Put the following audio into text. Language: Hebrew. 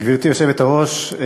גברתי היושבת-ראש,